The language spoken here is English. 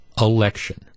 election